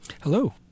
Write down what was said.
Hello